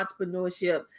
entrepreneurship